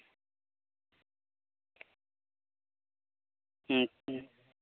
ᱦᱩᱸ